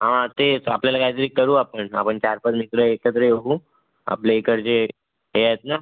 हां तेच आपल्याला काहीतरी करू आपण आपण चार पाच मित्र एकत्र येऊ आपल्या इकडचे हे आहेत ना